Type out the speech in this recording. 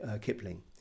Kipling